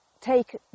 take